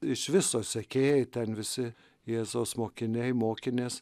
iš viso sekėjai ten visi jėzaus mokiniai mokinės